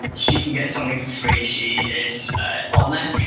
she can get something for free. she is on there.